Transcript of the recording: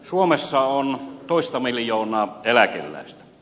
suomessa on toista miljoonaa eläkeläistä